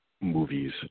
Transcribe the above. movies